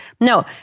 No